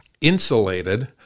insulated